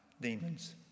demons